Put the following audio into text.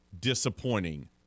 disappointing